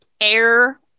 air